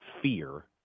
fear –